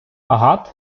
агат